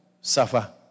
suffer